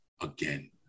Again